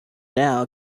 now